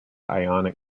ionic